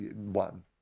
one